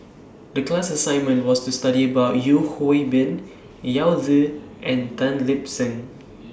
The class assignment was to study about Yeo Hwee Bin Yao Zi and Tan Lip Seng